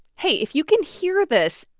hey, if you can hear this,